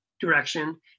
direction